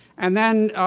and then,